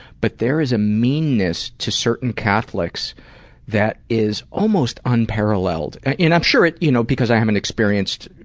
but there is a meanness to certain catholics that is almost unparalleled. and i'm sure it you know, because i haven't experienced